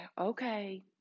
okay